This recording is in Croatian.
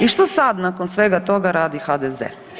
I što sad nakon svega toga radi HDZ?